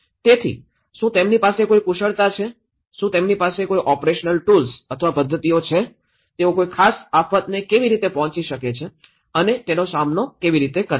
તેથી શું તેમની પાસે કોઈ કુશળતા છે શું તેમની પાસે કોઈ ઓપરેશનલ ટૂલ્સ અથવા પદ્ધતિઓ છે તેઓ કોઈ ખાસ આફતને કેવી રીતે પહોંચી શકે છે અને તેનો સામનો કેવી રીતે કરે છે